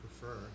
prefer